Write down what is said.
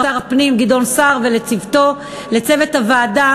הפנים גדעון סער ולצוותו ולצוות הוועדה: